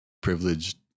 privileged